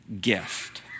gift